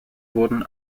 wurden